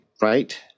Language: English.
right